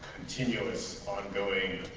continuous ongoing,